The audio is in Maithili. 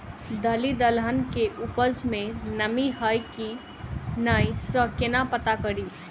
दालि दलहन केँ उपज मे नमी हय की नै सँ केना पत्ता कड़ी?